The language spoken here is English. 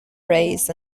raised